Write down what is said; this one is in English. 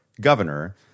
governor